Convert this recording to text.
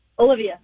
Olivia